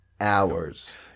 hours